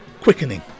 Quickening